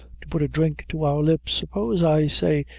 to put a drink to our lips suppose, i say,